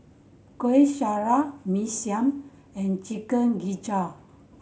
Kueh Syara Mee Siam and Chicken Gizzard